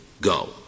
go